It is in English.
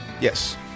Yes